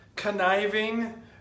conniving